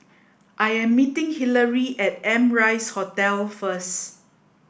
I am meeting Hillery at Amrise Hotel first